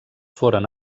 foren